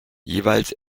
jeweils